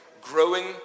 growing